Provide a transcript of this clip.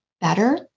better